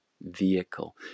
vehicle